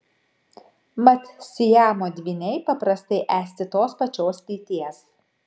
mat siamo dvyniai paprastai esti tos pačios lyties